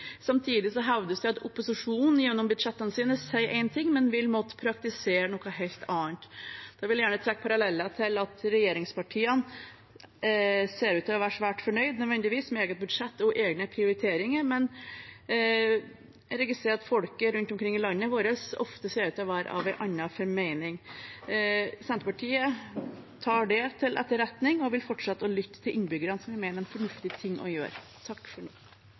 Samtidig hevdes det at opposisjonen gjennom budsjettene sine sier én ting, men vil måtte praktisere noe helt annet. Da vil jeg gjerne trekke paralleller til at regjeringspartiene ser ut til å være svært fornøyd – nødvendigvis – med eget budsjett og egne prioriteringer, men jeg registrerer at folk rundt omkring i landet vårt ofte ser ut til å være av en annen formening. Senterpartiet tar det til etterretning og vil fortsette å lytte til innbyggerne, for vi mener det er en fornuftig ting å gjøre.